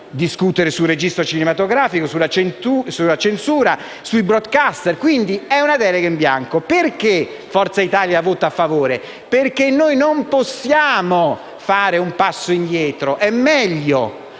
discutere sul registro cinematografico, sulla censura, sui broadca_ster; quindi è una delega in bianco._ Perché dunque Forza Italia vota a favore? Perché noi non possiamo fare un passo indietro: è meglio